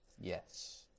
Yes